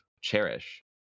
cherish